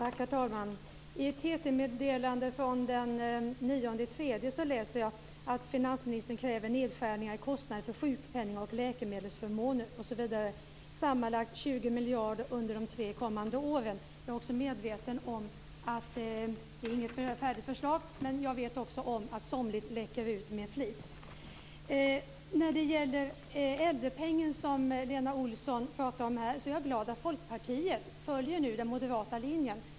Herr talman! I ett TT-meddelande från den 9 mars läser jag att finansministern kräver nedskärningar i kostnaderna för sjukpenning och läkemelsförmåner osv. - sammanlagt 20 miljarder under de tre kommande åren. Jag är också medveten om att det inte är ett färdigt förslag och vet att somligt läcker ut med flit. När det gäller äldrepengen, som Lena Olsson här pratade om, kan jag säga att jag är glad att Folkpartiet nu följer den moderata linjen.